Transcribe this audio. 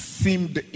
seemed